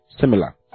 similar